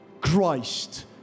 Christ